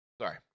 sorry